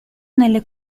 nelle